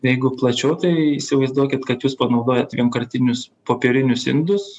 jeigu plačiau tai įsivaizduokit kad jūs panaudojat vienkartinius popierinius indus